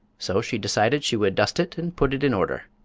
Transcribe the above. so she decided she would dust it and put it in order.